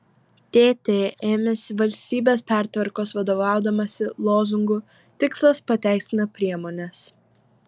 tt ėmėsi valstybės pertvarkos vadovaudamasi lozungu tikslas pateisina priemones